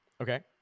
Okay